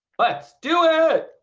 let's do it.